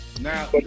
Now